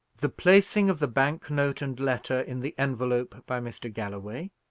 the placing of the bank-note and letter in the envelope by mr. galloway,